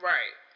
Right